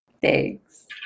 Thanks